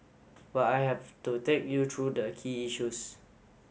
but I have to take you through the key issues